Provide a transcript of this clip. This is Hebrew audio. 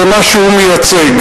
במה שהוא מייצג.